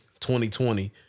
2020